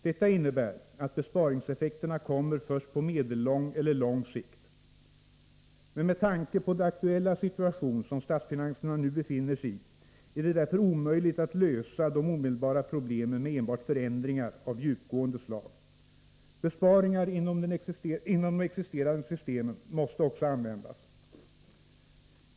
Detta innebär, att besparingseffekterna kommer först på medellång eller lång sikt. Med tanke på den akuta situation som statsfinanserna nu befinner sig i är det därför omöjligt att lösa de omedelbara problemen med enbart förändringar av djupgående slag. Besparingar inom de existerande systemen måste också användas.